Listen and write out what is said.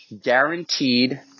guaranteed